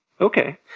okay